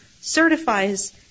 certifies